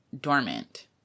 dormant